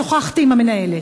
שוחחתי עם המנהלת,